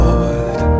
Lord